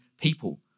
people